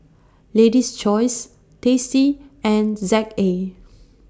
Lady's Choice tasty and Z A